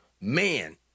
man